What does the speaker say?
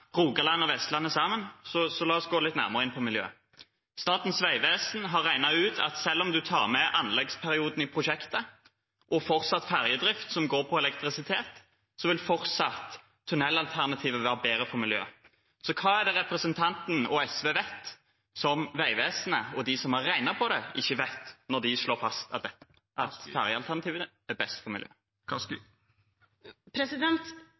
Rogaland og Vestlandet sammen, så la oss gå litt nærmere inn på miljø. Statens vegvesen har regnet ut at selv om man tar med anleggsperioden i prosjektet og fortsatt ferjedrift som går på elektrisitet, så vil fortsatt tunnelalternativet være bedre for miljøet. Hva er det representanten og SV vet som Vegvesenet og de som har regnet på det, ikke vet når de slår fast at ferjealternativet er best for miljøet?